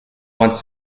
wants